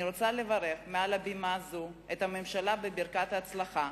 אני רוצה לברך מעל הבימה הזו את הממשלה בברכת הצלחה.